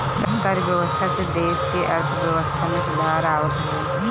कर व्यवस्था से देस के अर्थव्यवस्था में सुधार आवत हवे